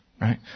right